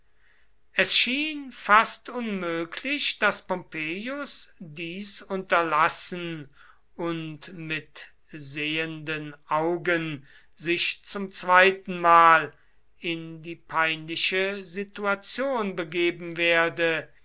es schien fast unmöglich daß pompeius dies unterlassen und mit sehenden augen sich zum zweitenmal in die peinliche situation begeben werde